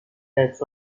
types